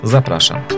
Zapraszam